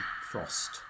frost